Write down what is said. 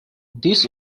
this